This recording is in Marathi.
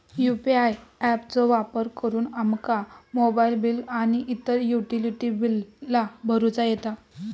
यू.पी.आय ऍप चो वापर करुन आमका मोबाईल बिल आणि इतर युटिलिटी बिला भरुचा येता